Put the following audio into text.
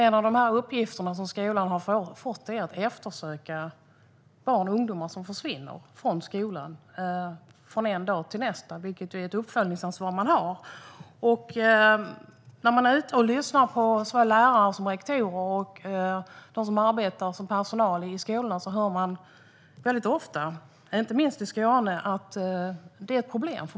En av de uppgifter som skolan har fått är att eftersöka barn och ungdomar som försvinner från skolan från en dag till nästa. Det är ett uppföljningsansvar man har. När jag är ute och lyssnar på såväl lärare som rektorer och dem som arbetar som skolpersonal hör jag mycket ofta, inte minst i Skåne, att det här är ett problem.